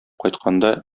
кайтканда